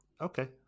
okay